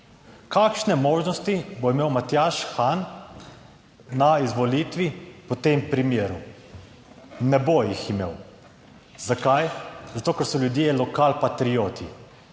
Kakšne možnosti bo imel Matjaž Han na izvolitvi po tem primeru? Ne bo jih imel. Zakaj? Zato ker so ljudje lokalpatrioti.